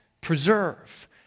preserve